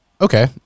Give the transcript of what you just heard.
okay